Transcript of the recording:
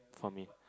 for me